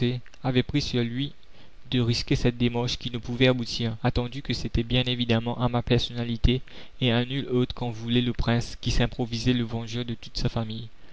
avait pris sur lui de risquer cette démarche qui ne pouvait aboutir attendu que c'était bien évidemment à ma personnalité et à nulle autre qu'en voulait le prince qui s'improvisait le vengeur de toute sa famille